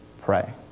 pray